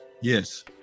Yes